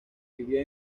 vivió